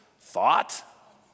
thought